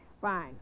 Fine